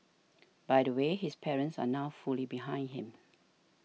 by the way his parents are now fully behind him